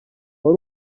wari